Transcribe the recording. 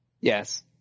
Yes